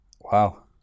Wow